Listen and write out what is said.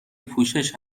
پوشش